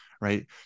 Right